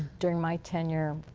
during my tenure,